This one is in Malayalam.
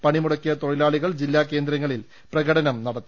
പണിമുടക്കിയ തൊഴിലാളികൾ ജില്ലാ കേന്ദ്രങ്ങ ളിൽ പ്രകടനം നടത്തി